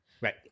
Right